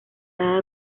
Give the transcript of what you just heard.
dada